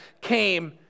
came